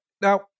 now